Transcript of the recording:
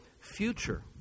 future